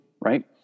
right